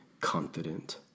confident